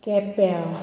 केप्यां